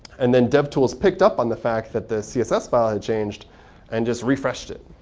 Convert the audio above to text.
and then, devtools picked up on the fact that the css file had changed and just refreshed it.